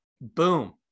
boom